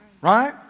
Right